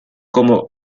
como